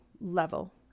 level